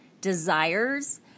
desires